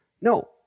No